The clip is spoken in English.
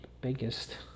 biggest